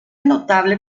notable